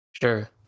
Sure